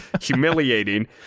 humiliating